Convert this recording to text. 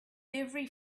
every